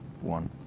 one